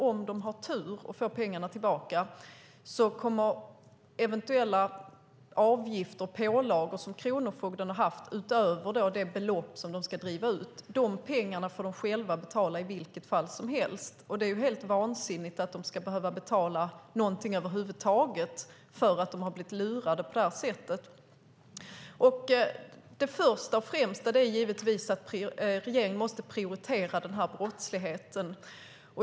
Om de har tur och får pengarna tillbaka får de i vilket fall som helst betala eventuella avgifter och pålagor som kronofogden har haft utöver det belopp som de ska driva ut. Det är helt vansinnigt att de ska behöva betala någonting över huvud taget för att de har blivit lurade på detta sätt. Det främsta är att regeringen måste prioritera denna brottslighet.